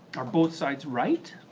are both sides right?